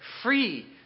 free